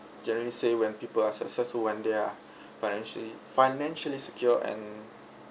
generally say when people are successful when they are financially financially secure and